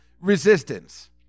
resistance